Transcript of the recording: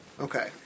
Okay